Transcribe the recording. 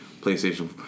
playstation